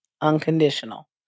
unconditional